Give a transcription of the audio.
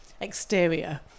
Exterior